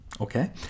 Okay